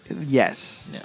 Yes